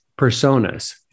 personas